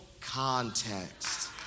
context